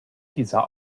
dieser